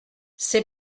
ces